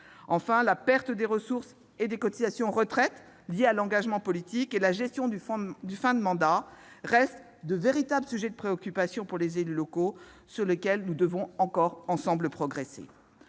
Enfin, la perte de ressources et de cotisations retraite liée à l'engagement politique et la gestion de la fin de mandat restent de véritables sujets de préoccupations pour les élus locaux, sur lesquels nous devons encore progresser